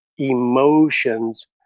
emotions